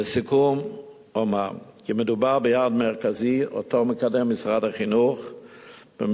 לסיכום אומר כי מדובר ביעד מרכזי שמשרד החינוך מקדם.